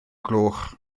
gloch